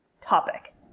topic